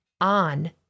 on